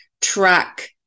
track